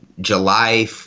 July